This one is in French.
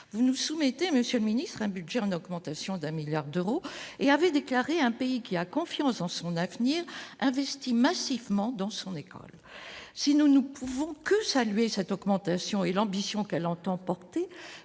vous nous soumettez monsieur le ministre : un budget en augmentation d'un milliard d'euros, et avait déclaré : un pays qui a confiance dans son avenir investit massivement dans son école, si nous ne pouvons que saluer cette augmentation et l'ambition qu'elle entend porter,